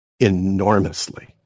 enormously